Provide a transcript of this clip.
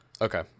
Okay